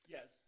Yes